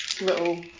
little